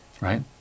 right